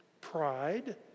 Pride